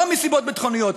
לא מסיבות ביטחוניות,